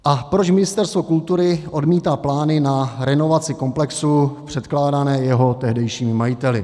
A proč Ministerstvo kultury odmítá plány na renovaci komplexu předkládané i jeho tehdejšími majiteli.